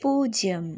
പൂജ്യം